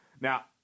Now